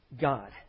God